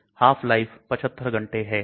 half life 75 घंटे है